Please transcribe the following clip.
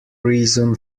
reason